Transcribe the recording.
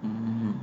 mmhmm